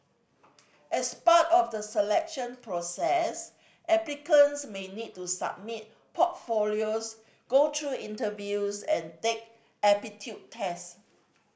as part of the selection process applicants may need to submit portfolios go through interviews and take aptitude test